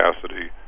capacity